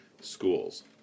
schools